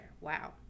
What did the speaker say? Wow